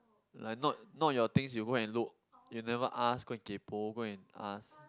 like not not your things you go and look you never ask go and kaypo go and ask